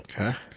Okay